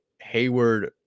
Hayward